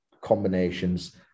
combinations